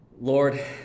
Lord